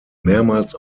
mehrmals